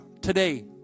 today